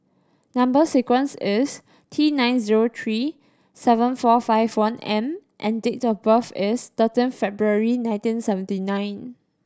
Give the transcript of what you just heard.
number sequence is T nine zero three seven four five one M and date of birth is thirteen February nineteen seventy nine